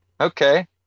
okay